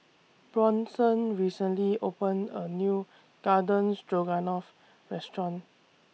Bronson recently opened A New Garden Stroganoff Restaurant